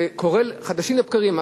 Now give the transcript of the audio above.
זה קורה חדשים לבקרים.